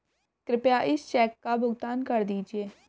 कृपया इस चेक का भुगतान कर दीजिए